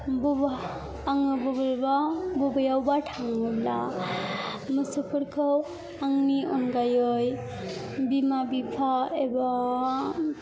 बबाव आङो बबेबा बबेयावबा थाङोब्ला मोसौफोरखौ आंनि अनगायै बिमा बिफा एबा